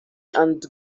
and